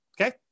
Okay